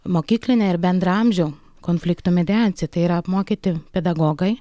mokyklinė ir bendraamžių konfliktų mediacija tai yra apmokyti pedagogai